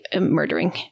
murdering